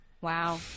Wow